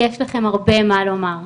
יש לכם הרבה מה לומר.